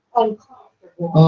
uncomfortable